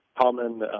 common